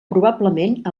probablement